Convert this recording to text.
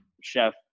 chef